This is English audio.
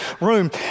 room